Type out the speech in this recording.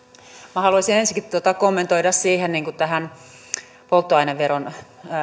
minä haluaisin ensinnäkin kommentoida tätä polttoaineveron